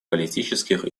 политических